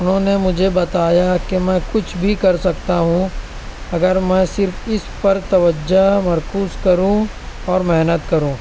انہوں نے مجھے بتایا کہ میں کچھ بھی کر سکتا ہوں اگر میں صرف اس پر توجہ مرکوز کروں اور محنت کروں